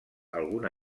alguna